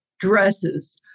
dresses